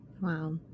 Wow